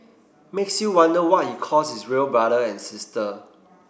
makes you wonder what he calls his real brother and sister